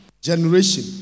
generation